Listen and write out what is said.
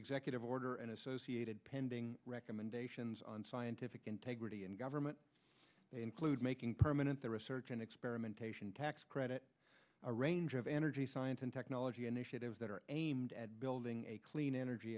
executive order and associated pending recommendations on scientific integrity in government include making permanent the research and experimentation tax credit a range of energy science and technology initiatives that are aimed at building a clean energy